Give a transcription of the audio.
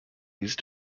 these